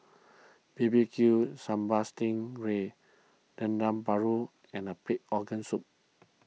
B B Q Sambal Sting Ray Dendeng Paru and Pig Organ Soup